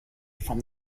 from